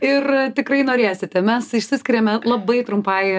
ir tikrai norėsite mes išsiskiriame labai trumpai